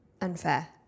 unfair